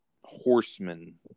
horsemen